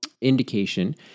indication